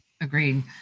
Agreed